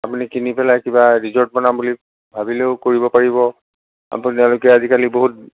আপুনি কিনি পেলাই কিবা ৰিজ'ৰ্ট বনাম বুলি ভাবিলেও কৰিব পাৰিব আপোনালোকে আজিকালি বহুত